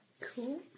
Cool